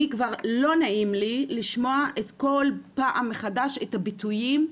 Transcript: אני כבר לא נעים לי לשמוע כל פעם מחדש את הביטויים,